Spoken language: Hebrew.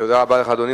תודה רבה לך, אדוני.